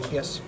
Yes